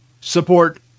support